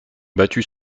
battus